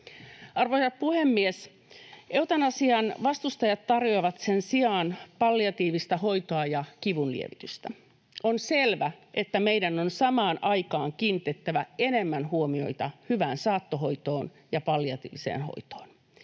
Arvoisa puhemies! Eutanasian vastustajat tarjoavat sen sijaan palliatiivista hoitoa ja kivunlievitystä. On selvää, että meidän on samaan aikaan kiinnitettävä enemmän huomiota hyvään saattohoitoon ja palliatiiviseen hoitoon.